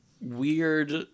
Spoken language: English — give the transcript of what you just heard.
weird